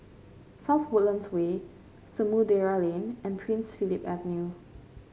South Woodlands Way Samudera Lane and Prince Philip Avenue